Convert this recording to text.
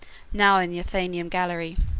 now in the athenaeum gallery.